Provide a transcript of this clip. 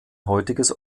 heutiges